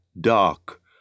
dark